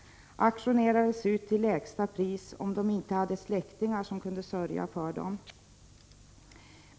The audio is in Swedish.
1986/87:105 lägsta pris om de inte hade släktingar som kunde sörja för dem.